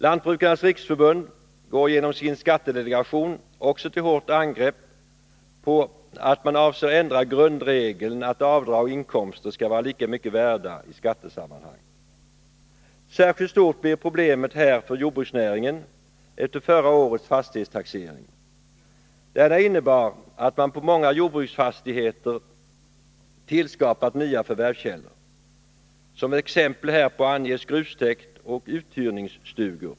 Lantbrukarnas riksförbund går genom sin skattedelegation också till hårt angrepp mot att man avser ändra grundregeln att avdrag och inkomster skall vara lika mycket värda i skattesammanhang. Särskilt stort blir problemet här för jordbruksnäringen efter förra årets fastighetstaxering. Denna innebar att man på många jordbruksfastigheter tillskapat nya förvärvskällor. Som exempel härpå anges grustäkt och uthyrningsstugor.